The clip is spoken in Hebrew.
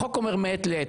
החוק אומר מעת לעת.